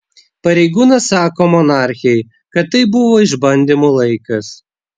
pareigūnas sako monarchei kad tai buvo išbandymų laikas